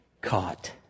caught